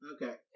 Okay